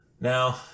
Now